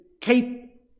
keep